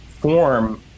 form